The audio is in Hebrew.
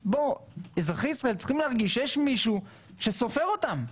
אזרחי ישראל צריכים להרגיש שיש מישהו שסופר אותם,